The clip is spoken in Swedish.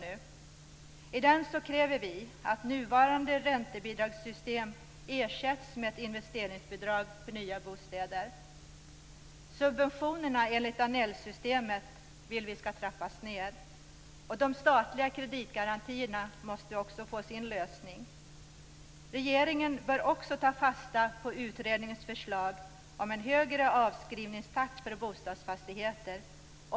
I motionen kräver vi att nuvarande räntebidragssystem ersätts med ett investeringsbidrag för nya bostäder. Subventionerna enligt Danellsystemet vill vi skall trappas ned. De statliga kreditgarantierna måste få sin lösning. Regeringen bör också ta fasta på utredningens förslag om en högre avskrivningstakt för bostadsfastigheter.